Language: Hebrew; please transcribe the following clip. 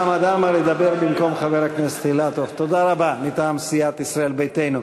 חמד עמאר ידבר במקום חבר הכנסת אילטוב מטעם סיעת ישראל ביתנו.